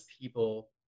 people